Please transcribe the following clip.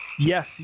Yes